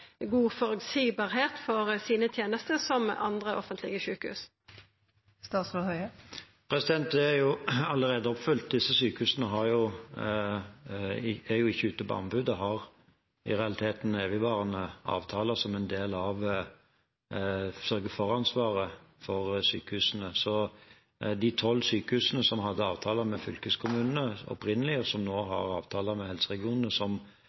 god føreseielegheit for sine tenester som andre offentlege sjukehus? Det er allerede oppfylt. Disse sykehusene er ikke ute på anbud og har i realiteten evigvarende avtaler som en del av sørge-for-ansvaret for sykehusene. De tolv sykehusene som hadde avtaler med fylkeskommunene opprinnelig, og som nå har avtaler med helseregionene som